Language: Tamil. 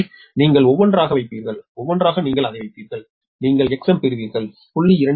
எனவே நீங்கள் ஒவ்வொன்றாக வைப்பீர்கள் ஒவ்வொன்றாக நீங்கள் அதை வைப்பீர்கள் நீங்கள் எக்ஸ்எம் பெறுவீர்கள் 0